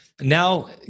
Now